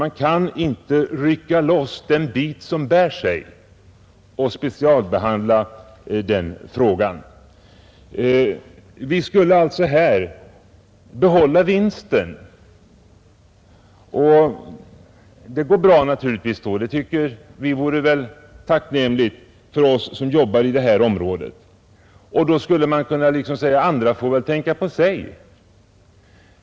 Man kan inte rycka loss den bit som bär sig och specialbehandla den. Vi skulle alltså här behålla vinsten — det går naturligtvis bra, och det vore tacknämligt för oss som jobbar i detta område — och säga oss att andra får väl tänka på sig.